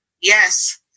Yes